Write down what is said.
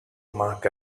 mark